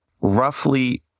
roughly